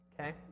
Okay